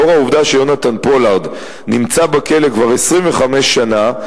לאור העובדה שיונתן פולארד נמצא בכלא כבר 25 שנה,